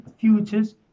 futures